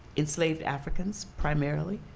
enslaved africans, primarily,